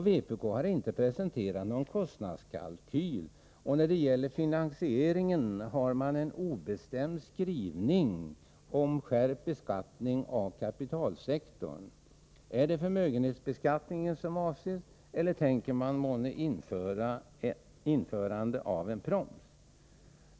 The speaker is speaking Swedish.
Vpk har inte presenterat någon kostnadskalkyl, och när det gäller finansieringen har man en obestämd skrivning om skärpt beskattning av kapitalsektorn. Är det förmögenhetsbeskattningen som avses eller tänker man månne på införande av en proms?